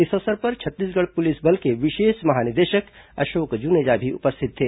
इस अवसर पर छत्तीसगढ़ पुलिस बल के विशेष महानिदेशक अशोक जुनेजा भी उपस्थित थे